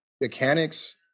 Mechanics